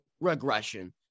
regression